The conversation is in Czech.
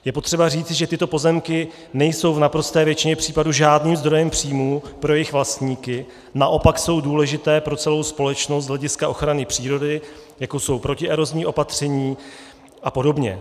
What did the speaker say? Je potřeba říci, že tyto pozemky nejsou v naprosté většině případů žádným zdrojem příjmů pro jejich vlastníky, naopak jsou důležité pro celou společnost z hlediska ochrany přírody, jako jsou protierozní opatření apod.